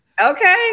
Okay